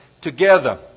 together